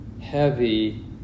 heavy